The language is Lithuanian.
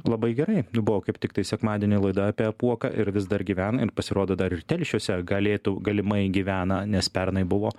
labai gerai nu buvo kaip tik tai sekmadienį laida apie apuoką ir vis dar gyvena ir pasirodo dar ir telšiuose galėtų galimai gyvena nes pernai buvo